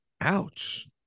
ouch